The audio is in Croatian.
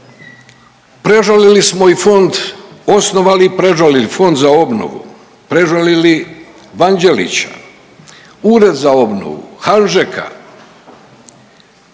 Prežalili smo i fond, osnovali i prežalili Fond za obnovu, prežalili Vanđelića, Ured za obnovu, Hanžeka,